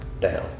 down